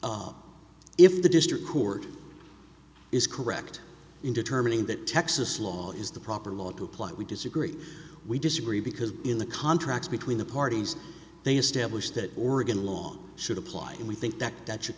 is if the district court is correct in determining that texas law is the proper law to apply we disagree we disagree because in the contracts between the parties they established that oregon law should apply and we think that that should